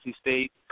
State